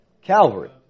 Calvary